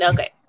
Okay